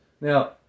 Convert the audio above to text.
Now